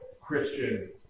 Christian